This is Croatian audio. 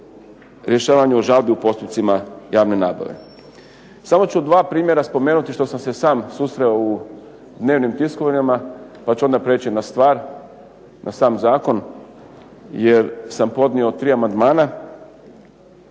u postupcima javne nabave. Samo ću dva primjera spomenuti što sam se sam susreo u dnevnim tiskovinama pa ću onda preći na stvar, na sam zakon jer sam podnio tri amandmana,